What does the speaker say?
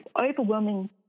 overwhelming